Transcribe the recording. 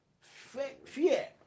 Fear